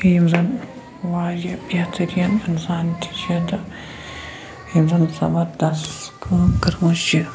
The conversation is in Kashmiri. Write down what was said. یِم زَن واریاہ بہتریٖن اِنسان تہِ چھِ تہٕ یٔمۍ زَن زَبردَس کٲم کٔرمٕژ چھِ